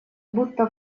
будто